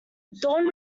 dawn